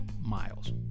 miles